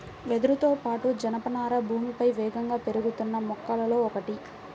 వెదురుతో పాటు, జనపనార భూమిపై వేగంగా పెరుగుతున్న మొక్కలలో ఒకటి